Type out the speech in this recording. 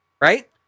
Right